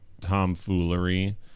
tomfoolery